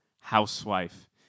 housewife